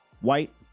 White